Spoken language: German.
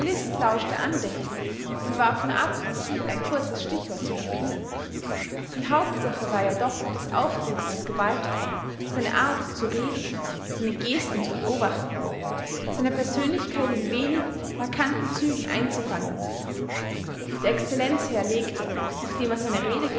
lauschte andächtig und warf nur ab und zu ein kurzes stichwort zu papier die hauptsache war ja doch das auftreten des gewaltigen seine art zu reden seine gesten zu beobachten seine persönlichkeit in wenigen markanten zügen einzufangen der excellenzherr legte nachdem er seine rede